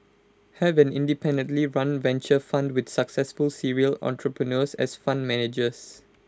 have an independently run venture fund with successful serial entrepreneurs as fund managers